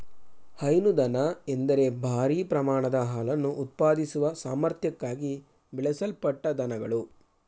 ಹೈನು ದನ ಎಂದರೆ ಭಾರೀ ಪ್ರಮಾಣದ ಹಾಲನ್ನು ಉತ್ಪಾದಿಸುವ ಸಾಮರ್ಥ್ಯಕ್ಕಾಗಿ ಬೆಳೆಸಲ್ಪಟ್ಟ ದನಗಳು